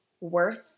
worth